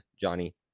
Johnny